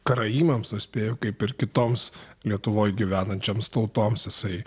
karaimams na spėju kaip ir kitoms lietuvoj gyvenančioms tautoms jisai